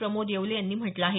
प्रमोद येवले यांनी म्हटलं आहे